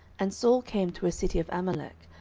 and saul came to a city of amalek,